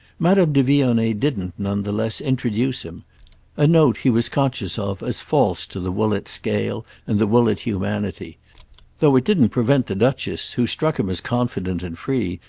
madame de vionnet didn't, none the less, introduce him a note he was conscious of as false to the woollett scale and the woollett humanity though it didn't prevent the duchess, who struck him as confident and free,